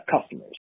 customers